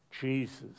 Jesus